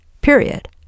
period